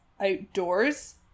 outdoors